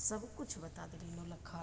सबकिछु बता देलिए